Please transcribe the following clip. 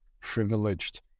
privileged